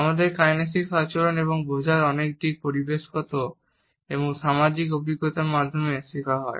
আমাদের কাইনেসিক আচরণ এবং বোঝার অনেক দিক পরিবেশগত এবং সামাজিক অভিজ্ঞতার মাধ্যমে শেখা হয়